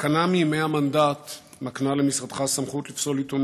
תקנה מימי המנדט מקנה למשרדך סמכות לפסול עיתון